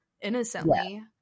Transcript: innocently